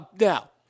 Now